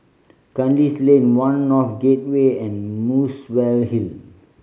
Kandis Lane One North Gateway and Muswell Hill